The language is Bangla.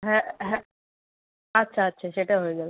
হ্যাঁ হ্যাঁ আচ্ছা আচ্ছা সেটা হয়ে যাবে